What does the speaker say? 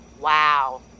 Wow